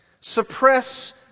suppress